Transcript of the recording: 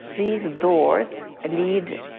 these doors lead